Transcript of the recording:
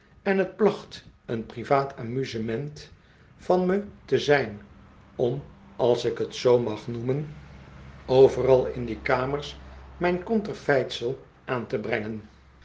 en t placht een privaat amusement van me te zijn om als ik het zoo mag noemen overal ken reiziger die geen handel drijft in die kamers mijn conterfeitsel aan te brengen